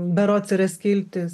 berods yra skiltis